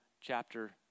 chapter